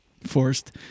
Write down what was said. Forced